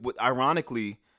ironically